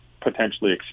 potentially